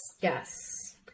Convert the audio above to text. Yes